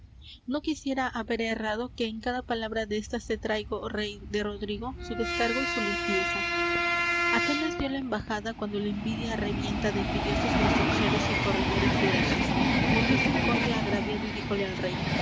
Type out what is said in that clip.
no quisiera haber errado que en cada palabra destas te traigo rey de rodrigo su descargo y su limpieza apenas dió la embajada cuando la envidia revienta de envidiosos lisonjeros y corredores de orejas movióse un conde agraviado y díjole al rey